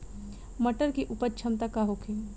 मटर के उपज क्षमता का होखे?